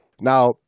Now